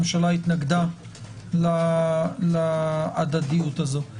הממשלה התנגדה להדדיות הזאת.